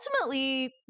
ultimately